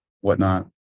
whatnot